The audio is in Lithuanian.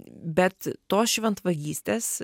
bet tos šventvagystės